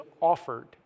offered